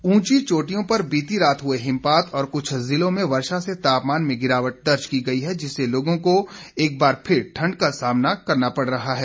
मौसम उंची चोटियों पर बीती रात हुए हिमपात और कुछ जिलों में वर्षा से तापमान में गिरावट दर्ज की गई है जिससे लोगों को एक बार फिर ठंड का सामना करना पड़ रहा है